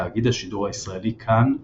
תאגיד השידור הישראלי - כאן,